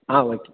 ஆ okay